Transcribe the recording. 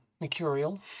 mercurial